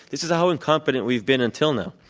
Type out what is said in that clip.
this is how incompetent we've been until now.